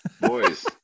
boys